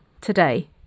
today